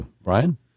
Brian